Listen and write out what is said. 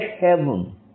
heaven